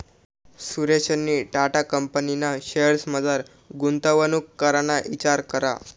सुरेशनी टाटा कंपनीना शेअर्समझार गुंतवणूक कराना इचार करा